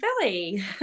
Philly